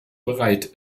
bereit